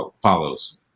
follows